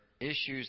issues